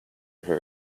ever